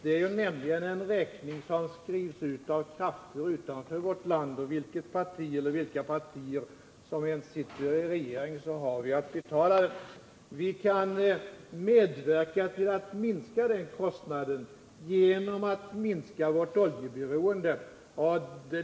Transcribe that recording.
Den räkningen skrivs nämligen ut av krafter utanför vårt land, och oberoende av vilket parti eller vilka partier som sitter i regeringen har vi att betala den. Vi kan medverka till att minska de kostnaderna genom att minska vårt oljeberoende.